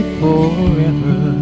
forever